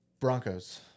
Broncos